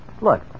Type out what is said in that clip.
Look